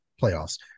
playoffs